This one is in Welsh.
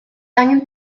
angen